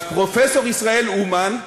אז פרופסור ישראל אומן,